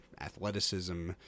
athleticism